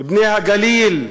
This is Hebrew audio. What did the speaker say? בני הגליל,